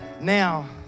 Now